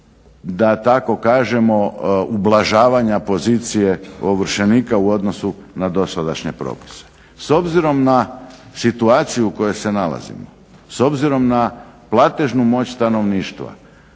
da tako kažemo ublažavanja pozicije ovršenika u odnosu na dosadašnje propise. S obzirom na situaciju u kojoj se nalazimo, s obzirom na platežnu moć stanovništva